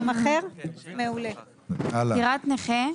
9להפטירת נכה